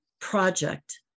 project